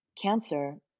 cancer